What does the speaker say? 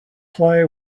play